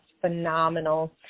phenomenal